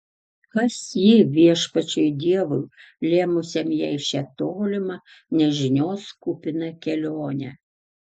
kas ji viešpačiui dievui lėmusiam jai šią tolimą nežinios kupiną kelionę